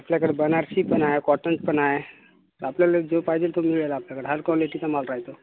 आपल्याकडे बनारसी पण आहे कॉटन पण आहे आपल्याला जो पाहिजेल तो मिळेल आपल्याला हर क्वालिटीचा माल राहतो